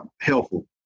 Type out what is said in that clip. helpful